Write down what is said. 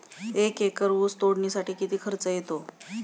एक एकर ऊस तोडणीसाठी किती खर्च येतो?